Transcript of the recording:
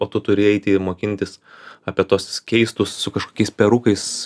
o tu turi eiti i mokintis apie tuos keistus su kažkokiais perukais